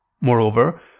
Moreover